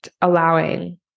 allowing